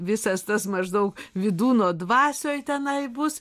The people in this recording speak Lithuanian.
visas tas maždaug vydūno dvasioj tenai bus